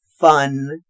fun